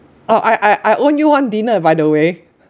oh I I I owe you one dinner by the way